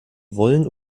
wollen